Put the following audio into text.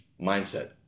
mindset